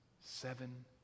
seven